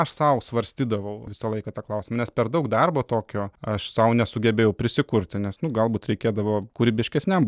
aš sau svarstydavau visą laiką tą klausimą nes per daug darbo tokio aš sau nesugebėjau prisikurti nes nu galbūt reikėdavo kūrybiškesniam